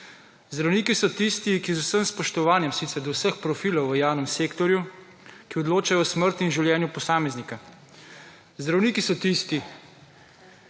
Zdravniki so tisti, ki z vsem spoštovanjem sicer do vseh profilov v javnem sektorju, ki odločajo o smrti in življenju posameznika. Zdravniki so tisti,